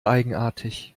eigenartig